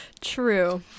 True